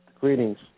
Greetings